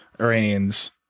Iranians